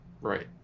right